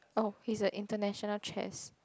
oh he's a international chess